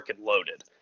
loaded